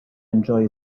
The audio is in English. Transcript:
enjoy